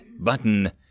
button